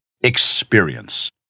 experience